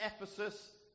Ephesus